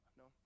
no